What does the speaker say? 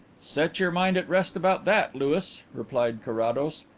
set your mind at rest about that, louis, replied carrados.